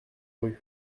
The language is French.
rue